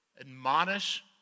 admonish